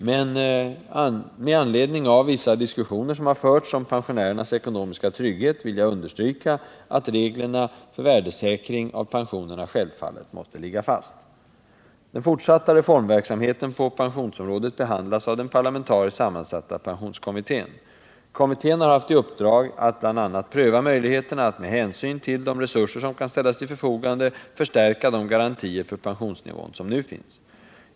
Med anledning av vissa diskussioner som har förts om pensionärernas ekonomiska trygghet vill jag understryka att reglerna för värdesäkring av pensionerna självfallet måste ligga fast. Den fortsatta reformverksamheten på pensionsområdet behandlas av den parlamentariskt sammansatta pensionskommittén. Kommittén har haft i uppdrag att bl.a. pröva möjligheterna att med hänsyn till de resurser som kan ställas till förfogande förstärka de garantier för pensionsnivån som nu finns.